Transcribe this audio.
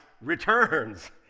returns